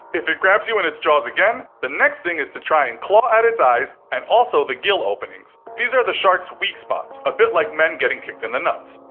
if it grabs you in its jaws again, the next thing is to try and claw at its eyes and also the gill openings. these are the sharks weak spots, a bit like men getting kicked in the nuts.